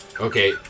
Okay